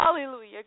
Hallelujah